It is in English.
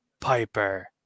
Piper